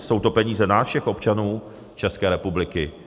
Jsou to peníze nás, všech občanů České republiky.